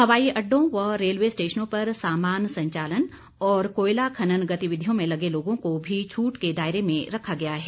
हवाई अड्डों व रेलवे स्टेशनों पर सामान संचालन और कोयला खनन गतिविधियों में लगे लोगों को भी छूट के दायरे में रखा गया है